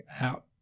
out